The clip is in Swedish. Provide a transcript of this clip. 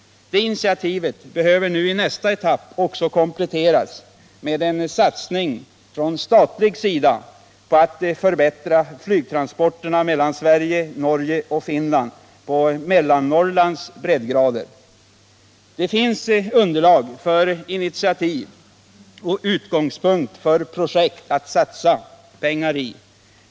Det initiativet behöver nu i nästa etapp också kompletteras med en satsning från statlig sida på att förbättra flygtransporterna mellan Sverige, Norge och Finland på Mellannorrlands breddgrader. Det finns underlag för initiativ och utgångspunkter för projekt att satsa pengar i.